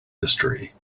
mystery